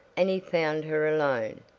and he found her alone.